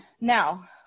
now